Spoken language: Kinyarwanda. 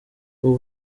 uba